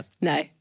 No